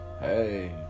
hey